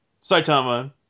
Saitama